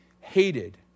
hated